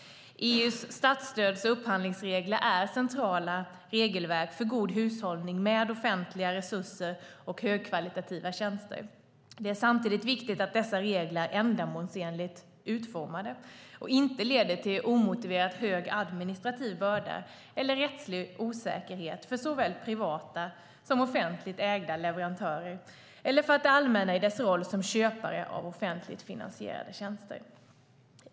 EU:s statsstöds och upphandlingsregler är centrala regelverk för god hushållning med offentliga resurser och högkvalitativa tjänster. Det är samtidigt viktigt att dessa regelverk är ändamålsenligt utformade och inte leder till omotiverat hög administrativ börda eller rättslig osäkerhet för såväl privata som offentligt ägda leverantörer eller för det allmänna i dess roll som köpare av offentligt finansierade tjänster.